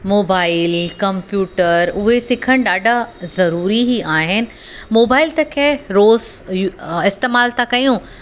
mobile computer उहे सिखणु ॾाढा ज़रूरी ई आहिनि मोबाइल त ख़ैरु रोज़ु यू इस्तेमालु था कयूं